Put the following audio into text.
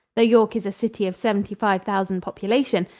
though york is a city of seventy-five thousand population,